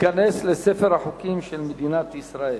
ותיכנס לספר החוקים של מדינת ישראל.